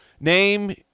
name